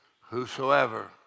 Whosoever